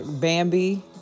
Bambi